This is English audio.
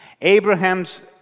Abraham's